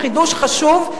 זה חידוש חשוב.